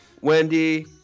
Wendy